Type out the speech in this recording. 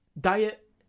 diet